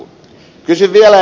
kysyn vielä